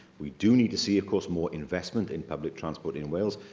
we do need to see, of course, more investment and public transport in wales.